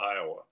Iowa